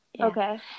Okay